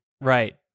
Right